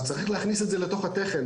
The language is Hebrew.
אז צריך להכניס את זה לתוך התכן.